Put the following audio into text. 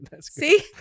See